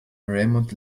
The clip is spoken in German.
raymond